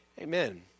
Amen